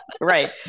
right